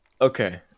Okay